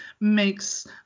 makes